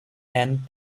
and